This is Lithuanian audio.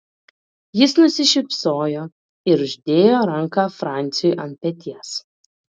jis nusišypsojo ir uždėjo ranką franciui ant peties